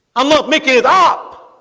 i'm not making it up